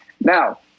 Now